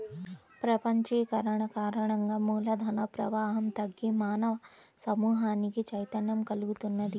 ప్రపంచీకరణ కారణంగా మూల ధన ప్రవాహం తగ్గి మానవ సమూహానికి చైతన్యం కల్గుతున్నది